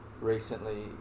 recently